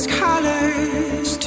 colors